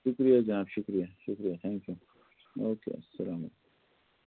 شُکریہ جِناب شُکریہ شُکریہ تھینکیوٗ اوکے اَلسلامُ